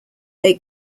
they